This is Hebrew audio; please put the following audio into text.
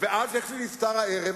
אז איך זה נפתר הערב?